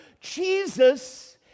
Jesus